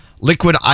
Liquid